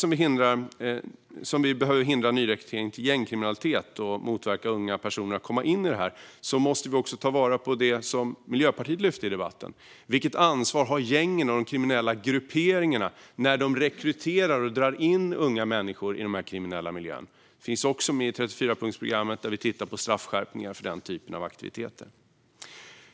Samtidigt som vi behöver hindra nyrekrytering till gängkriminalitet och motverka att unga personer kommer in i den måste vi ta vara på det som Miljöpartiet tog upp i debatten, nämligen vilket ansvar gängen och de kriminella grupperingarna har när de rekryterar och drar in unga människor i de kriminella miljöerna. Det finns också med i 34-punktsprogrammet, där vi tittar på straffskärpningar för den typen av aktiviteter.